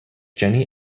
jenny